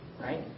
Right